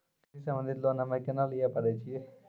कृषि संबंधित लोन हम्मय केना लिये पारे छियै?